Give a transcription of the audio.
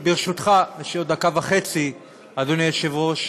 ברשותך, יש לי עוד דקה וחצי, אדוני יושב-ראש.